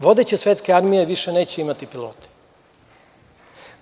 Vodeće svetske armije više neće imati kuda.